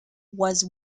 was